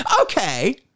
okay